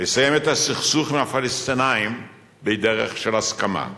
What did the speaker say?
לסיים את הסכסוך עם הפלסטינים בדרך של הסכמה,